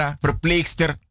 verpleegster